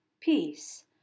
peace